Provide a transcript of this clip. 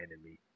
enemy